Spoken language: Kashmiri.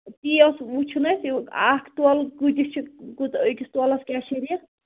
تی اوس وُچھُن اَسہِ اَکھ تۄلہٕ کۭتِس چھُ کوٗتاہ أکِس تولَس کیٛاہ چھِ ریٹ